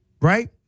Right